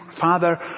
Father